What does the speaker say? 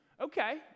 Okay